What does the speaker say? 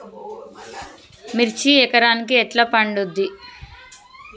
మిర్చి ఎకరానికి ఎట్లా పండుద్ధి?